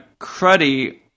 cruddy